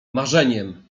marzeniem